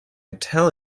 tell